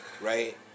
Right